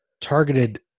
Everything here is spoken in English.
targeted